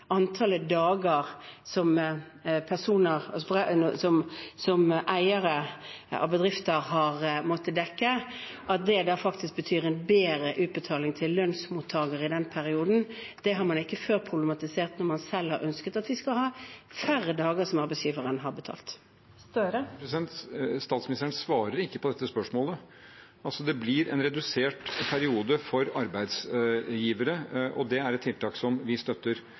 dager som eiere av bedrifter har måttet dekke, at det faktisk betyr en bedre utbetaling til lønnsmottakere i den perioden. Det har man ikke problematisert før, når man selv har ønsket at en skal ha færre dager betalt av arbeidsgiveren. Jonas Gahr Støre – til oppfølgingsspørsmål. Statsministeren svarer ikke på spørsmålet. Det blir en redusert periode for arbeidsgivere, og det er et tiltak vi støtter.